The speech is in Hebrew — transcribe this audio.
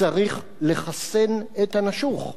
צריך לחסן את הנשוך.